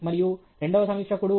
7 మరియు రెండవ సమీక్షకుడు 0